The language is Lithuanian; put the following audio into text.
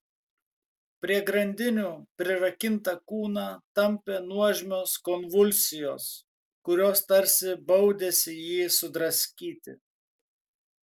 prie grandinių prirakintą kūną tampė nuožmios konvulsijos kurios tarsi baudėsi jį sudraskyti